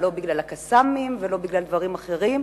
לא בגלל ה"קסאמים" ולא בגלל דברים אחרים,